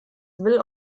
will